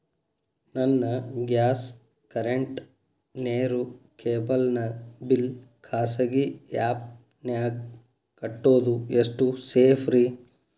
ನನ್ನ gas current, ನೇರು, cable ನ ಬಿಲ್ ಖಾಸಗಿ ಆ್ಯಪ್ ನ್ಯಾಗ್ ಕಟ್ಟೋದು ಎಷ್ಟು ಸೇಫ್ರಿ?